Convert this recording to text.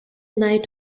night